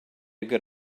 good